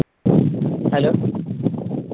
hello